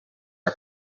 our